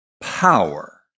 power